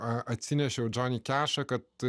atsinešiau džonį kešą kad